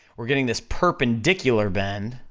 we're getting this perpendicular bend,